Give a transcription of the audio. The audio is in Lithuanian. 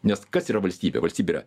nes kas yra valstybė valstybė yra